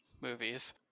movies